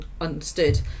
understood